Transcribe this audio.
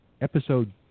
episode